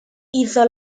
hizo